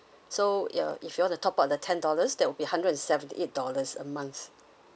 so ya if you want to top up the ten dollars that would be hundred and seventy eight dollars a month